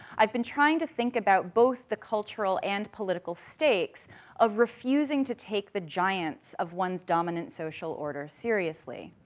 i've been trying to think about both the cultural and political stakes of refusing to take the giants of one's dominant social order seriously.